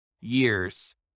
years